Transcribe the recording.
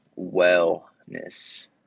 wellness